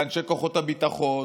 לאנשי כוחות הביטחון,